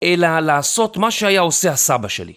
אלא לעשות מה שהיה עושה הסבא שלי